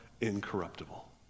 incorruptible